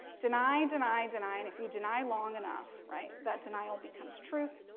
deny, deny, deny, and if you deny long enough, right, that denial becomes truth.